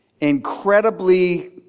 incredibly